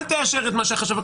אל תאשר את מה שהוא אומר.